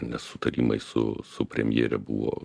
nesutarimai su su premjere buvo